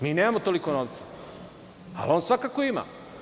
Mi nemamo toliko novca, ali on svakako ima.